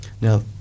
Now